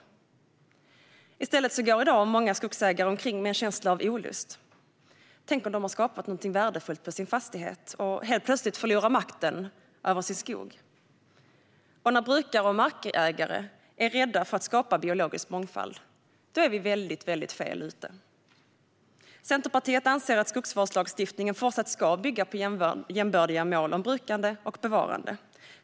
Men i stället går många skogsägare i dag omkring med en känsla av olust - tänk om de har skapat någonting värdefullt på sin mark och helt plötsligt förlorar makten över sin skog! När brukare och markägare är rädda för att skapa biologisk mångfald är vi väldigt fel ute. Centerpartiet anser att skogsvårdslagstiftningen i fortsättningen ska bygga på jämbördiga mål om brukande och bevarande.